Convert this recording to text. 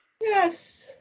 Yes